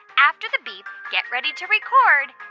after the beep, get ready to record